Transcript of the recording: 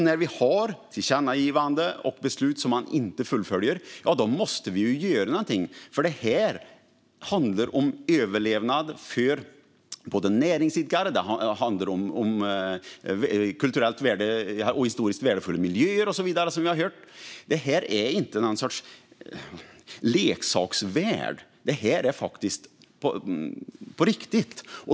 När vi har tillkännagivanden och beslut som inte fullföljs måste vi ju göra något, för det handlar om både överlevnad för näringsidkare och om kulturellt och historiskt värdefulla miljöer och så vidare, som vi har hört. Detta är inte någon sorts leksaksvärld, utan det är faktiskt på riktigt.